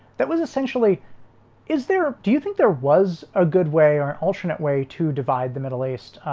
that was essentially is there do you think there was a good way or an alternate way to divide the middle east?